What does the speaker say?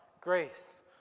grace